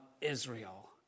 Israel